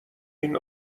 این